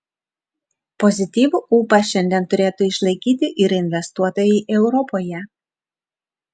pozityvų ūpą šiandien turėtų išlaikyti ir investuotojai europoje